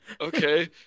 okay